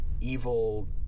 evil